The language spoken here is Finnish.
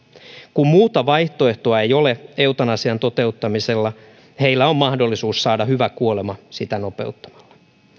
kun muuta vaihtoehtoa ei ole eutanasian toteuttamisella heillä on mahdollisuus saada hyvä kuolema sitä nopeuttamalla